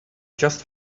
just